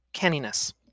canniness